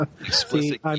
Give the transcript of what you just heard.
explicit